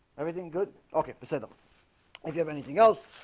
everything good okay proceed. oh if you have anything else